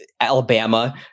Alabama